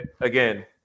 again